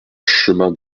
chemin